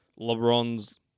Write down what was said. LeBron's